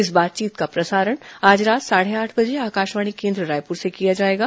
इस बातचीत का प्रसारण आज रात साढ़े आठ बजे आकाशवाणी केन्द्र रायपुर से किया जाएगा